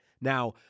Now